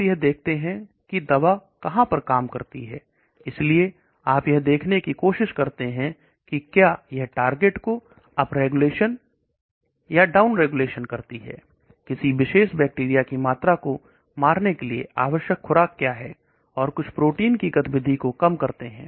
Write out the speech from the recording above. आप यह देखते हैं कि दवा कहां पर काम करते हैं इसलिए आप यह देखने की कोशिश करते हैं कि क्या यह टारगेट का अपरेगुलेशन या डाउनरेगुलेशन करती है किसी विशेष बैक्टीरिया की मात्रा को मारने के लिए आवश्यक खुराक क्या है और उस प्रोटीन की गतिविधि को कम करते हैं